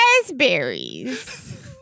raspberries